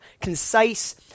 concise